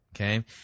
Okay